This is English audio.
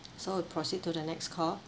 so we proceed to the next call